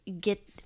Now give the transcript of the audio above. get